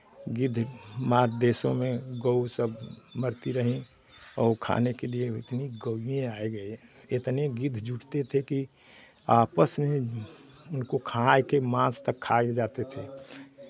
गिद्ध मात देशों में गौ सब मरती रहीं और खाने के लिए इतनी गौएँ आ गई इतने गिद्ध जुटते थे कि आपस में ही उनको खंगाल के माँस तक खा जाते थे